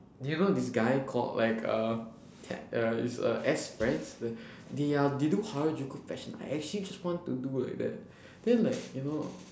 do you know this guy called like uh ted uh is uh they uh they do harajuku fashion I actually just want to do like that then like you know